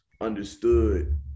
understood